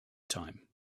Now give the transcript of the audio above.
time